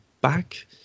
back